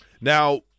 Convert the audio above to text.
Now